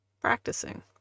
practicing